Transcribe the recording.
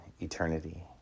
eternity